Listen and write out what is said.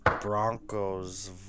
Broncos